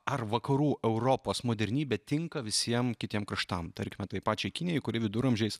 ar vakarų europos modernybė tinka visiem kitiem kraštam tarkime tai pačiai kinijai kuri viduramžiais